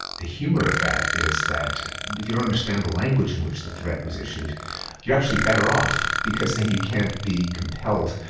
the humour of that is if you don't understand the language in which the threat was issued you're actually better off because then you can't be compelled,